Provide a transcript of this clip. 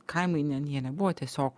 kaimai ne nie nebuvo tiesiog